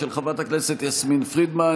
של חברת הכנסת יסמין פרידמן,